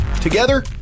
Together